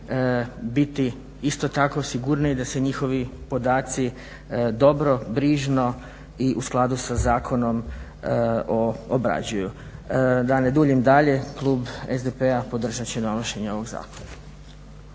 biti isto tako sigurniji da se njihovi podaci dobro, brižno i u skladu sa zakonom obrađuju. Da ne duljim dalje klub SDP-a podržat će donošenje ovog zakona.